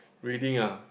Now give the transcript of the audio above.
reading ah